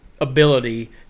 ability